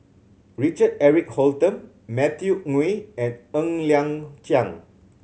Richard Eric Holttum Matthew Ngui and Ng Liang Chiang